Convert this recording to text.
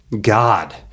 God